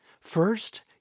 First